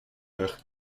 leurs